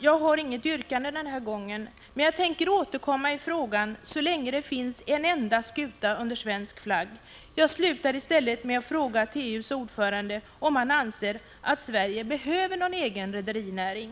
Jag har inget yrkande denna gång, men jag tänker återkomma i frågan så länge det finns en enda skuta under svensk flagg. Jag slutar i stället med att fråga TU:s ordförande om han anser att Sverige behöver någon egen rederinäring.